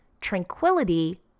tranquility